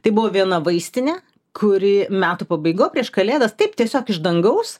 tai buvo viena vaistinė kuri metų pabaigoj prieš kalėdas taip tiesiog iš dangaus